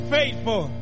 Faithful